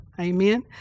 Amen